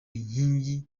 inkingi